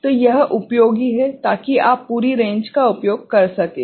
तो यह उपयोगी है ताकि आप पूरी रेंज का उपयोग कर सकें